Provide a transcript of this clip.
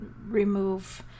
remove